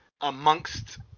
amongst